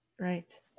right